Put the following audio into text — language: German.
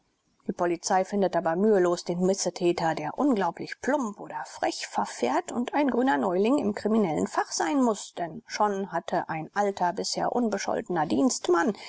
die polizei findet aber mühelos den missetäter der unglaublich plump oder frech verfährt und ein grüner neuling im kriminellen fach sein muß denn schon hatte ein alter bisher unbescholtener dienstmann